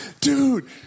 dude